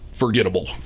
Forgettable